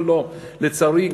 לצערי,